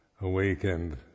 awakened